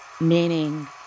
Meaning